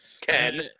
ken